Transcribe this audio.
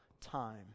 time